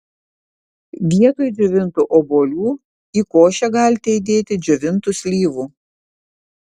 vietoj džiovintų obuolių į košę galite įdėti džiovintų slyvų